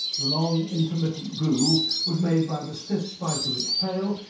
the long intermittent groove was made by the stiff spike of its tail,